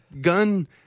Gun